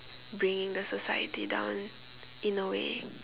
bringing the society down in a way